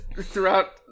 throughout